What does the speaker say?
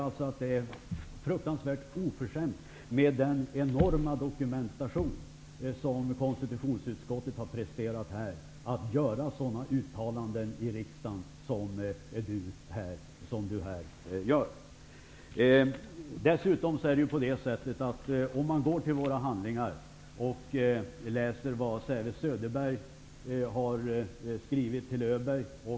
Jag tycker att det är fruktansvärt oförskämt att med tanke på den enorma dokumentation som konstitutionsutskottet har presterat göra sådana uttalanden i riksdagen. Vi kan gå till våra handlingar och läsa vad Säve Söderbergh har skrivit till Öberg.